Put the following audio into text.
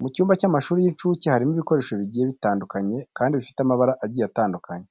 Mu cyumba cy'amashuri y'inshuke harimo ibikoresho bigiye bitandukanye kandi bifite amabara agiye atandukanye.